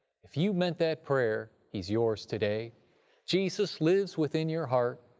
if you meant that prayer, he's yours today jesus lives within your heart,